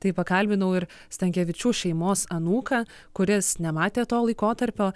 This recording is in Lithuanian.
tai pakalbinau ir stankevičių šeimos anūką kuris nematė to laikotarpio